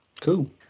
Cool